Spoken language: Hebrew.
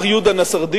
מר יהודה נסרדישי,